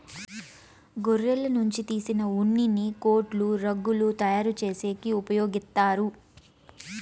గొర్రెల నుంచి తీసిన ఉన్నిని కోట్లు, రగ్గులు తయారు చేసేకి ఉపయోగిత్తారు